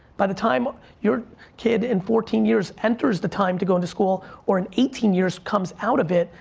by the time your kid in fourteen years enters the time to go into school or in eighteen years comes out of it,